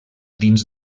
dins